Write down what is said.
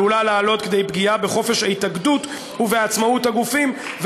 עלולה לעלות כדי פגיעה בחופש ההתאגדות ובעצמאות הגופים,